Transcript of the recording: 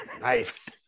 Nice